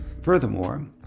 Furthermore